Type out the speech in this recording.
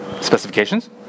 Specifications